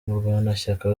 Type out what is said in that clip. murwanashyaka